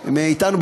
מאתנו,